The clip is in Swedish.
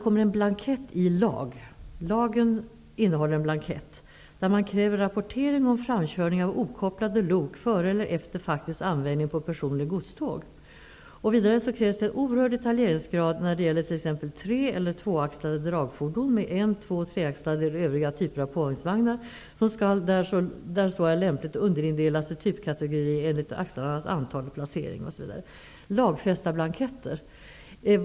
Lagen innehåller med andra ord en blankett, där det krävs en rapportering om framkörning av okopplade lok före eller efter faktisk användning på person eller godståg. Vidare krävs det en oerhörd detaljeringsgrad när det gäller t.ex. tre eller tvåaxlade dragfordon med en , två eller treaxlade eller övriga typer av påhängsvagnar, som skall där så är lämpligt underindelas i typkategori enligt axlarnas antal, placering osv.